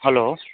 hello